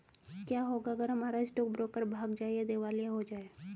क्या होगा अगर हमारा स्टॉक ब्रोकर भाग जाए या दिवालिया हो जाये?